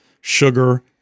sugar